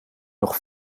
nog